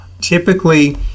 Typically